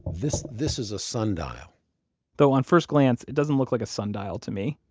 this this is a sundial though on first glance, it doesn't look like a sundial to me.